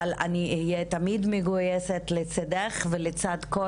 אבל תמיד אהיה מגויסת לצידך ולצד כל